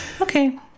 Okay